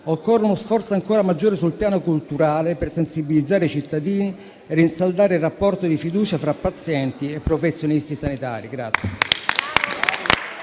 occorre uno sforzo ancora maggiore sul piano culturale per sensibilizzare i cittadini e rinsaldare il rapporto di fiducia tra pazienti e professionisti sanitari.